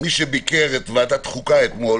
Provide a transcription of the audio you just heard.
מי שביקר את ועדת חוקה אתמול